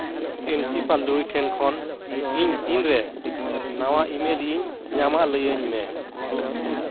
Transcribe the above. principal ᱞᱚᱨᱤ ᱴᱷᱮᱱ ᱠᱷᱚᱱ ᱤᱧ ᱛᱤᱱᱨᱮ ᱱᱟᱣᱟ ᱤᱼᱢᱮᱞ ᱤᱧ ᱧᱟᱢᱟ ᱞᱟᱹᱭᱟᱹᱧ ᱢᱮ